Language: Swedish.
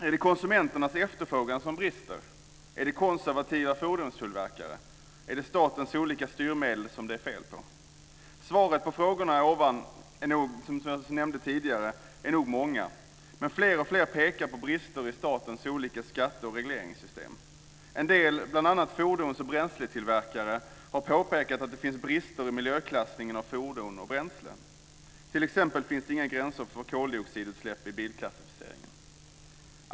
Är det konsumenternas efterfrågan som brister? Har vi konservativa fordonstillverkare? Är det statens olika styrmedel som det är fel på? Svaret på de frågor som jag här ställt är nog många, men fler och fler pekar på brister i statens olika skatte och regleringssystem. En del, bl.a. fordonstillverkare och bränsleproducenter, har påpekat att det finns brister i miljöklassningen av fordon och bränslen. T.ex. finns det inga gränser för koldioxidutsläpp i bilklassificeringen.